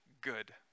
good